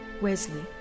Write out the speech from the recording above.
Wesley